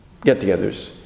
get-togethers